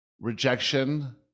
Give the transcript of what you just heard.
rejection